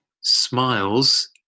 smiles